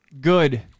good